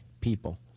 people